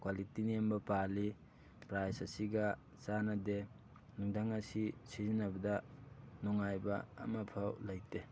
quality ꯅꯦꯝꯕ ꯄꯥꯜꯂꯤ price ꯑꯁꯤꯒ ꯆꯥꯟꯅꯗꯦ ꯅꯨꯡꯊꯪ ꯑꯁꯤ ꯁꯤꯖꯤꯟꯅꯕꯗ ꯅꯨꯡꯉꯥꯏꯕ ꯑꯃꯐꯥꯎ ꯂꯩꯇꯦ